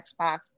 Xbox